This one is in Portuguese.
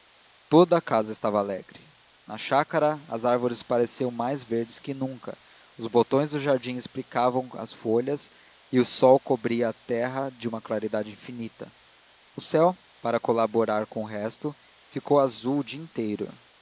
toda a casa estava alegre na chácara as árvores pareciam mais verdes que nunca os botões do jardim explicavam as folhas e o sol cobria a terra de uma claridade infinita o céu para colaborar com o resto ficou azul o dia inteiro